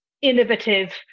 innovative